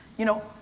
you know,